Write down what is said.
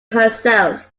herself